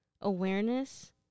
awareness